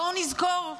בואו נזכור,